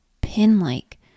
pin-like